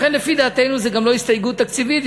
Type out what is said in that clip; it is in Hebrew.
לכן לפי דעתנו זו לא הסתייגות תקציבית,